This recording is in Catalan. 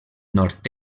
nord